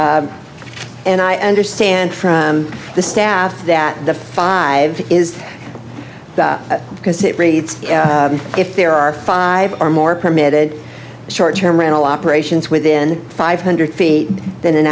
and i understand from the staff that the five is because it reads if there are five or more permitted short term rental operations within five hundred feet then an